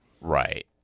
Right